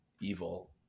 evil